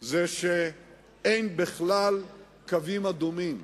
שאין בכלל קווים אדומים.